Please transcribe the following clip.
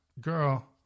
girl